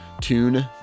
tune